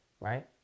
right